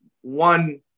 one